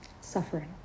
Suffering